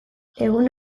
egun